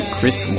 Chris